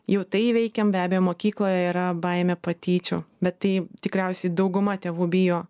jau tai įveikiam be abejo mokykloje yra baimė patyčių bet tai tikriausiai dauguma tėvų bijo